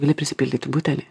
gali prisipildyti butelį